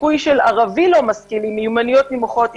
הסיכוי של ערבי לא משכיל עם מיומנויות נמוכות,